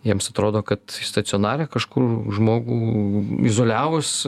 jiems atrodo kad stacionare kažkur žmogų izoliavus